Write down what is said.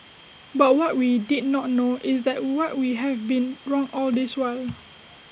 but what we did not know is that what we have been wrong all this while